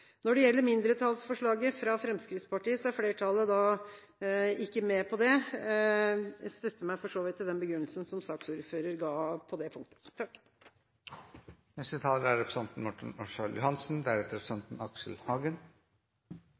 Når det gjelder mindretallsforslaget fra Fremskrittspartiet, stemmer ikke flertallet for det. Jeg støtter meg for så vidt til den begrunnelsen som saksordføreren ga på det punktet. Saksordføreren ga en veldig god og riktig gjennomgang av saken, og dette er